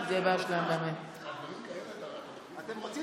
אתם רוצים